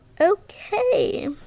okay